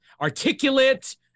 articulate